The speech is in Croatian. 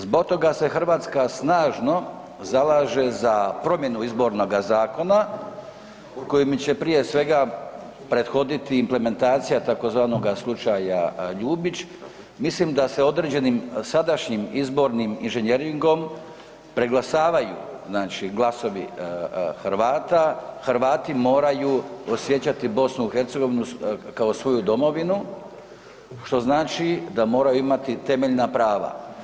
Zbog toga se Hrvatska snažno zalaže za promjene Izbornoga zakona kojim će prije svega prethoditi implementacija tzv. slučaja Ljubić, mislim da se određenim sadašnjim izbornim inženjeringom preglasavaju znači glasovi Hrvata, Hrvati moraju osjećati BiH kao svoju domovinu što znači da moraju imati temeljna prava.